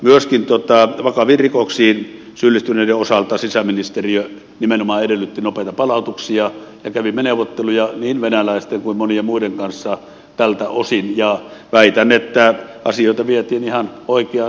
myöskin vakaviin rikoksiin syyllistyneiden osalta sisäministeriö nimenomaan edellytti nopeita palautuksia ja kävimme neuvotteluja niin venäläisten kuin monien muidenkin kanssa tältä osin ja väitän että asioita vietiin ihan oikeaan suuntaan